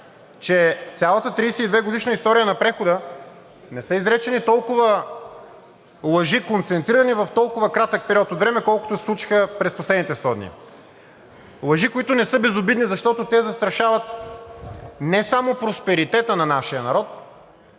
че в цялата 32-годишна история на прехода не са изречени толкова лъжи, концентрирани в толкова кратък период от време, колкото се случиха през последните 100 дни. Лъжи, които не са безобидни, защото те застрашават не само просперитета на нашия народ,